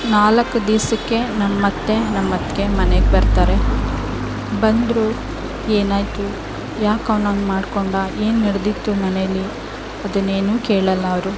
ನಾಲ್ಕು ದಿವಸಕ್ಕೆ ನಮ್ಮ ಅತ್ತೆ ನಮ್ಮ ಅತ್ತಿಗೆ ಮನೆ ಬರ್ತಾರೆ ಬಂದರು ಏನಾಯಿತು ಯಾಕೆ ಅವ್ನು ಹಂಗ್ ಮಾಡಿಕೊಂಡ ಏನು ನಡೆದಿತ್ತು ಮನೆಯಲ್ಲಿ ಅದನ್ನೇನು ಕೇಳೋಲ್ಲವ್ರು